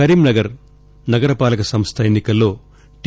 కరీంనగర్ నగర పాలక సంస్ల ఎన్పి కల్లో టి